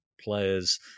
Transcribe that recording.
players